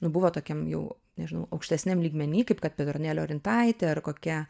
nu buvo tokiam jau nežinau aukštesniam lygmeny kaip kad petronėlė orintaitė ar kokia